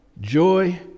joy